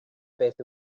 beth